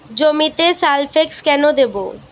জমিতে সালফেক্স কেন দেবো?